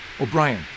O'Brien